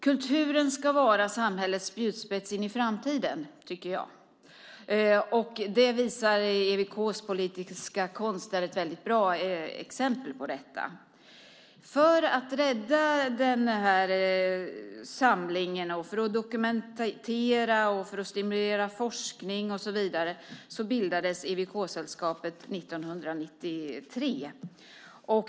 Kulturen ska vara samhällets spjutspets in i framtiden, tycker jag, och EWK:s politiska konst är ett väldigt bra exempel på detta. För att rädda den här samlingen, för att dokumentera och för att stimulera forskning och så vidare bildades EWK-sällskapet 1993.